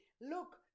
Look